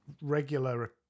regular